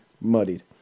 MUDDIED